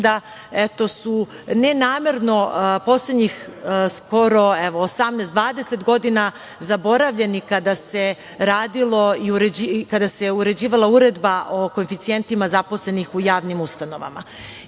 da su nenamerno poslednjih skoro 18-20 godina zaboravljeni kada se uređivala Uredba o koeficijentima zaposlenih u javnim ustanovama. Čisto